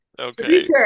okay